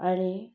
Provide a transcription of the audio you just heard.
आनी